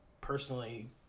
personally